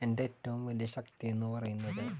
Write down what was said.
എൻ്റെ ഏറ്റവും വലിയ ശക്തിയെന്ന് പറയുന്നത്